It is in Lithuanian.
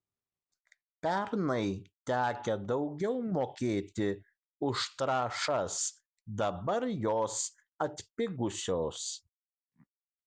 pernai tekę daugiau mokėti už trąšas dabar jos atpigusios